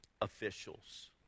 officials